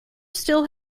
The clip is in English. still